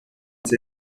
sie